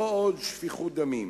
לא עוד שפיכות דמים,